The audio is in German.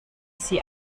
sie